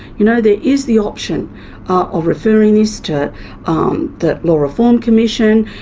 you know, there is the option of referring this to um the law reform commission,